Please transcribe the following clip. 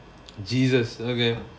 jesus okay